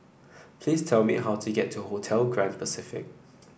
please tell me how to get to Hotel Grand Pacific